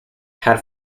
had